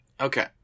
Okay